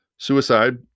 Suicide